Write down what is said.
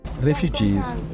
refugees